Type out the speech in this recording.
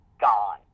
gone